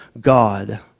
God